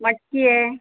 मटकी आहे